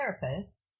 therapist